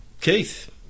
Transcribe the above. Keith